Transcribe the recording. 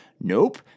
nope